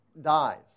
dies